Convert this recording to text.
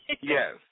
Yes